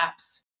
apps